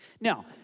Now